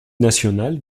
nationale